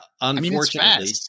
Unfortunately